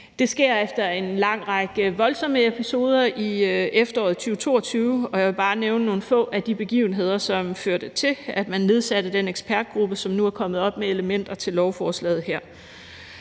Det sker efter en lang række voldsomme episoder i efteråret 2022, og jeg vil bare nævne nogle få af de begivenheder, som førte til, at man nedsatte den ekspertgruppe, som nu er kommet op med elementer til lovforslaget her.